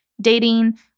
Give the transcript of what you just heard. dating